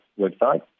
website